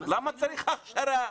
למה צריך הכשרה.